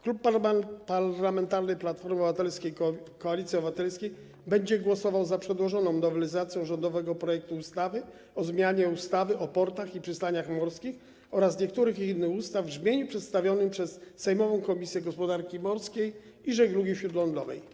Klub Parlamentarny Platforma Obywatelska - Koalicja Obywatelska będzie głosował za przedłożoną nowelizacją, rządowym projektem ustawy o zmianie ustawy o portach i przystaniach morskich oraz niektórych innych ustaw w brzmieniu przedstawionym przez sejmową Komisję Gospodarki Morskiej i Żeglugi Śródlądowej.